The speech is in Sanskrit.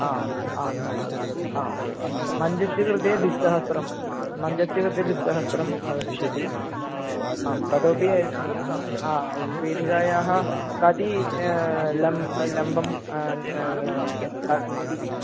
आम् आम् आसनस्य कृते आम् मञ्चस्य कृते द्विसहस्रं मञ्चस्य कृते द्विसहस्रं भविष्यति आं ततोपि हा उत्पीठिकायाः कति लम् लम्बं कति